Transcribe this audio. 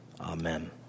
Amen